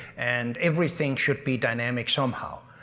and everything should be dynamic somehow.